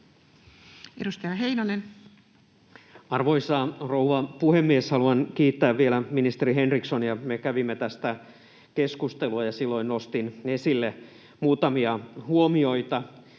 17:12 Content: Arvoisa rouva puhemies! Haluan kiittää vielä ministeri Henrikssonia. Me kävimme tästä keskustelua, ja silloin nostin esille muutamia huomioita,